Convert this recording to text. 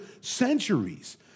centuries